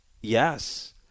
Yes